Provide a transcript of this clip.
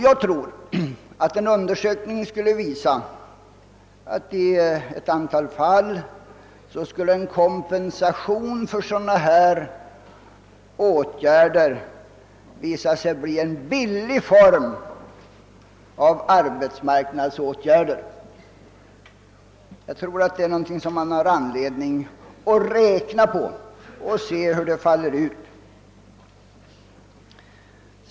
Jag tror att en undersökning skulle visa att en kompensation för sådana åtgärder i ett antal fall skulle bli en billig form av arbetsmarknadspolitik. Man har nog skäl att räkna efter hur det skulle falla ut.